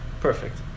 perfect